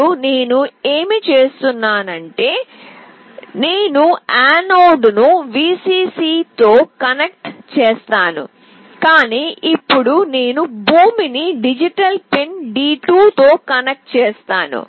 ఇప్పుడు నేను ఏమి చేస్తున్నానంటే నేను యానోడ్ను Vcc తో కనెక్ట్ చేస్తాను కాని ఇప్పుడు నేను భూమిని డిజిటల్ పిన్ D2 తో కనెక్ట్ చేస్తాను